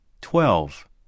twelve